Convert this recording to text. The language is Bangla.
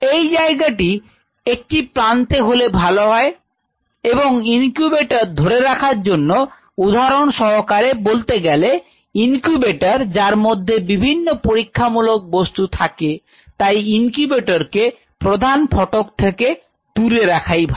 এই জায়গাটি একটি প্রান্তে হলে ভালো হয় এবং ইনকিউবেটর ধরে রাখার জন্য উদাহরণ সহকারে বলতে গেলে ইনকিউবেটর যার মধ্যে বিভিন্ন পরীক্ষামূলক বস্তু থাকে তাই ইনকিউবেটর কে প্রধান ফটক থেকে দূরে রাখাই ভালো